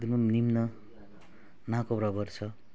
एकदम निम्न ना को बराबर छ